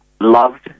loved